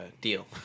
deal